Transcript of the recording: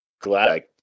Glad